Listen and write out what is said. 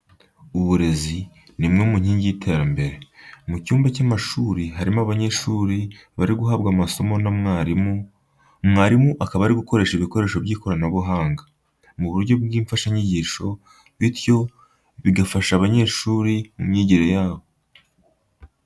Uburezi ni imwe mu nkingi y'iterambere. Mu cyumba cy'amashuri harimo abanyeshuri bari guhabwa amasomo na mwalimu, mwalimu akaba ari gukoresha ibikoresho by'ikoranabuhanga mu buryo bw'imfashanyigisho, bityo bigafasha abanyeshuri mu myigire yabo.